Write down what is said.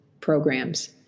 programs